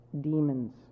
demons